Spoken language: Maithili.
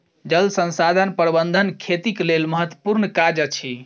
जल संसाधन प्रबंधन खेतीक लेल महत्त्वपूर्ण काज अछि